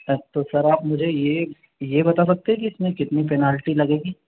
sir sir तो आप मुझे ये ये बता सकते हैं कि इसमें कितनी पेनल्टी लगेगी